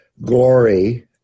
Glory